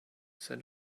said